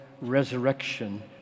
resurrection